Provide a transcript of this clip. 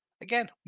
Again